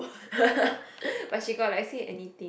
but she got like say anything